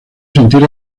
sentir